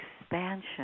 expansion